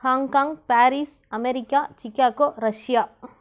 Hong Kong Paris America Chicago Russia